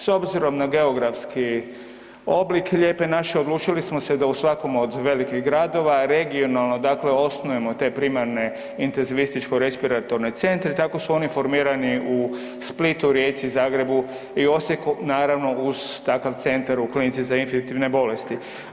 S obzirom na geografski oblik „Lijepe naše“ odlučili smo se da u svakom od velikih gradova regionalno osnujemo te primarne intenzivističko-respiratorne centre, tako su oni formirani u Splitu, Rijeci, Zagrebu i Osijeku naravno uz takav centar u Klinici za infektivne bolesti.